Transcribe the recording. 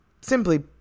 simply